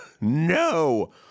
no